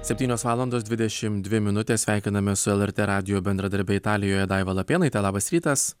septynios valandos dvidešimt dvi minutės sveikiname su lrt radijo bendradarbe italijoje daiva lapėnaitė labas rytas